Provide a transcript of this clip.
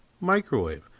microwave